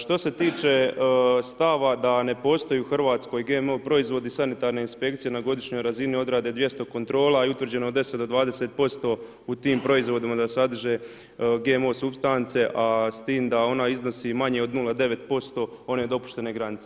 Što se tiče stava da ne postoji u Hrvatskoj GMO proizvodi, sanitarne inspekcije na godišnjoj razini odrade 200 kontrola i utvrđeno je 10 do 20% u tim proizvodima da sadrže GMO supstance, a s tim da ona iznosi manje od 0,9% one dopuštene granice.